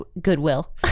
Goodwill